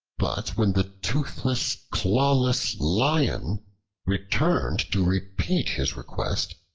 but when the toothless, clawless lion returned to repeat his request,